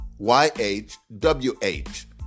Y-H-W-H